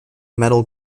metal